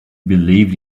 believed